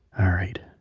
alright,